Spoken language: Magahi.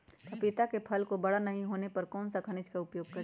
पपीता के फल को बड़ा नहीं होने पर कौन सा खनिज का उपयोग करें?